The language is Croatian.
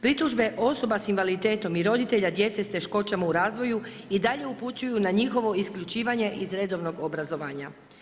Pritužbe osoba sa invaliditetom i roditelja djece sa teškoćama u razvoju i dalje upućuju na njihovo isključivanje iz redovnog obrazovanja.